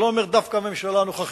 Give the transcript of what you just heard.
אני לא אומר שדווקא הממשלה הנוכחית,